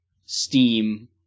Steam